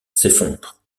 s’effondre